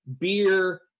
Beer